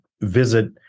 visit